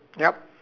yup